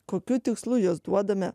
kokiu tikslu juos duodame